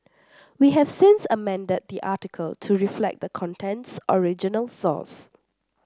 we have since amended the article to reflect the content's original source